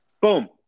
Boom